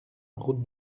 route